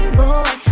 boy